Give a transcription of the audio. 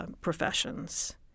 professions